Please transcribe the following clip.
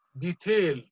detail